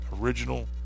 original